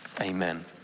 amen